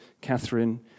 Catherine